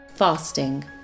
fasting